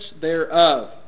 thereof